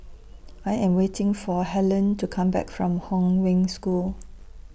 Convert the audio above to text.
I Am waiting For Helene to Come Back from Hong Wen School